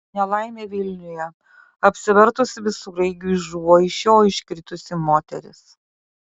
nelaimė vilniuje apsivertus visureigiui žuvo iš jo iškritusi moteris